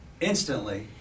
instantly